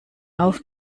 auf